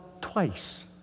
twice